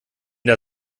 der